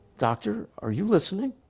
doctor? are you listening?